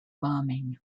bombing